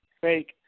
fake